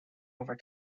over